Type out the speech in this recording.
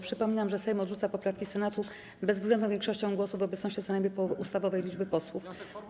Przypominam, że Sejm odrzuca poprawki Senatu bezwzględną większością głosów w obecności co najmniej połowy ustawowej liczby posłów.